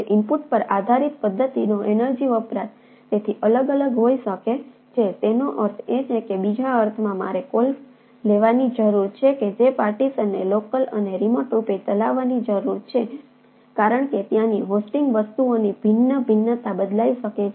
input વસ્તુઓની ભિન્ન ભિન્નતા બદલાઈ શકે છે